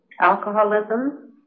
alcoholism